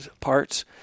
parts